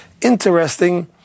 interesting